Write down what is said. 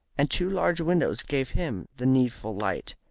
and two large windows gave him the needful light.